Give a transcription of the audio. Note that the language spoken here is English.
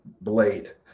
blade